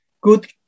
good